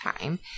time